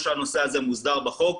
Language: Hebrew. שהנושא הזה מוסדר בחוק,